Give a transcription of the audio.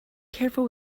careful